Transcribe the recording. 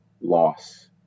loss